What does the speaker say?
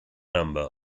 number